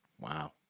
Wow